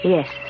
Yes